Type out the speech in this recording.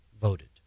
voted